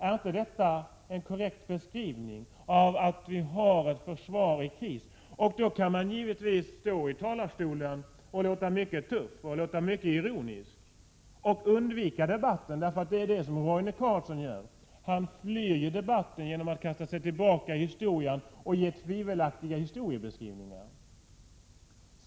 Är inte detta en korrekt beskrivning som innebär att vi har ett försvar i kris? Man kan givetvis stå i talarstolen och låta mycket tuff och mycket ironisk och undvika debatten. Det är vad Roine Carlsson gör. Han flyr debatten genom att kasta sig bakåt i tiden och göra tvivelaktiga historieskrivningar.